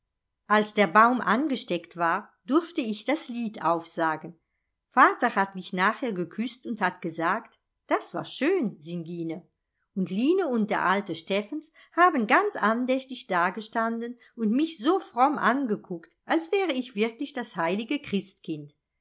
als der baum angesteckt war durfte ich das lied aufsagen vater hat mich nachher geküßt und hat gesagt das war schön singine und line und der alte steffens haben ganz andächtig dagestanden und mich so fromm angekuckt als wäre ich wirklich das heilige christkind